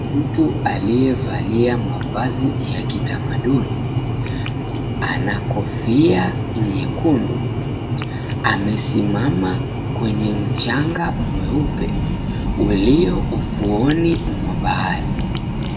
Mtu aliyevalia mavazi ya kitamaduni anakofia nyekundu amesimama kwenye mchanga mweupe ulio ufuoni mwa bahari.